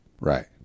Right